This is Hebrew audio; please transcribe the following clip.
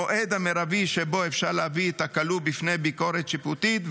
המועד המרבי שבו אפשר להביא את הכלוא בפני ביקורת שיפוטית,